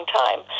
time